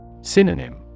Synonym